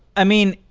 i mean,